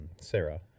Sarah